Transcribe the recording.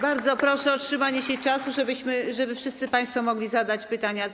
Bardzo proszę o trzymanie się limitu czasu, żeby wszyscy państwo mogli zadać pytania.